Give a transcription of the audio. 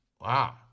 Wow